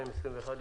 שלום לכולם.